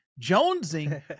jonesing